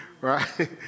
right